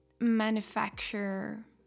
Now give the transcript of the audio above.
manufacture